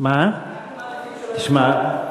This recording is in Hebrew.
מתי מצביעים?